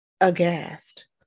aghast